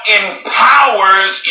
empowers